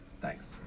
Thanks